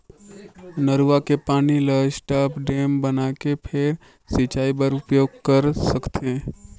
नरूवा के पानी ल स्टॉप डेम बनाके फेर सिंचई बर उपयोग कर सकथे